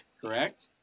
correct